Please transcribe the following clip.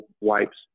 wipes